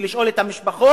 בלי לשאול את המשפחות,